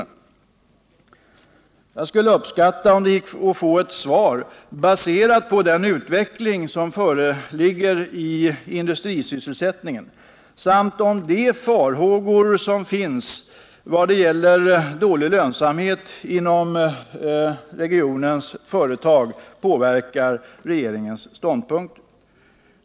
Jag skulle uppskat 14 maj 1979 ta om det gick att få ett svar, baserat på den utveckling som föreligger när det gäller industrisysselsättningen. Jag vill också fråga om de farhågor som finns när det gäller dålig lönsamhet inom regionens företag påverkar regeringens ståndpunkt.